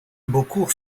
beaucourt